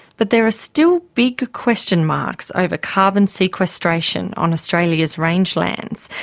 but there are still big question marks over carbon sequestration on australia's rangelands.